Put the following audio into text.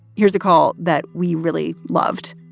here's a call that we really loved